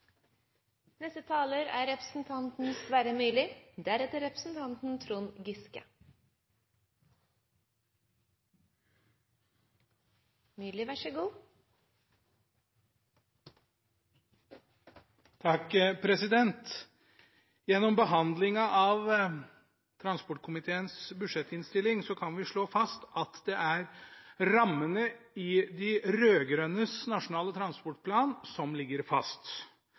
Gjennom behandlingen av transportkomiteens budsjettinnstilling kan vi slå fast at det er rammene i de rød-grønnes nasjonale transportplan som ligger fast.